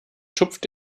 tupft